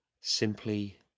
Simply